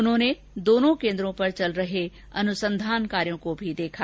उन्होंने दोनों केन्द्रों पर चल रहे अनुसंधान कार्यो को देखा